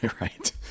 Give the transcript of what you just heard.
Right